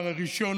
היושב-ראש,